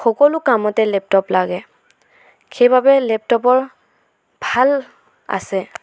সকলো কামতে লেপটপ লাগে সেইবাবে লেপটেপৰ ভাল আছে